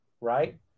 right